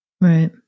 Right